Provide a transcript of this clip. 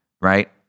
right